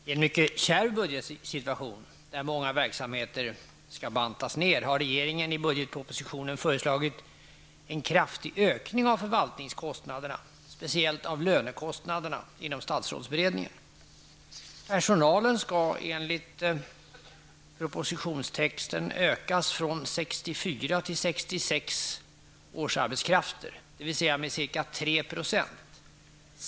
Herr talman! I en mycket kärv budgetsituation då många verksamheter skall bantas ned har regeringen i budgetpropositionen föreslagit en kraftig ökning av förvaltningskostnaderna, speciellt av lönekostnaderna, inom statsrådsberedningen.